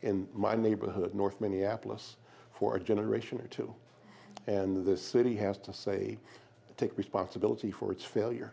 in my neighborhood north minneapolis for a generation or two and this city has to say take responsibility for its failure